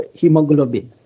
hemoglobin